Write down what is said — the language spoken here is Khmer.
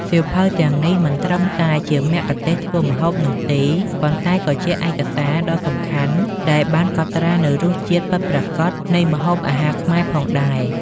សៀវភៅទាំងនេះមិនត្រឹមតែជាមគ្គុទ្ទេសក៍ធ្វើម្ហូបនោះទេ ប៉ុន្តែក៏ជាឯកសារដ៏សំខាន់ដែលបានកត់ត្រានូវរសជាតិពិតប្រាកដនៃម្ហូបអាហារខ្មែរផងដែរ។